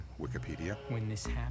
Wikipedia